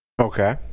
Okay